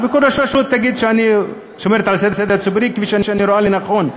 וכל רשות תגיד: אני שומרת על הסדר הציבורי כפי שאני רואה לנכון.